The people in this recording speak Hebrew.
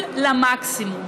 החדשות.